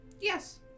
Yes